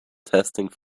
testing